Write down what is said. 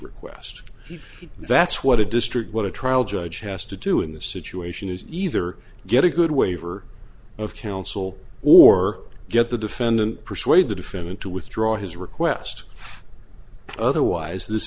said that's what a district what a trial judge has to do in this situation is either get a good waiver of counsel or get the defendant persuade the defendant to withdraw his request otherwise this